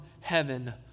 heaven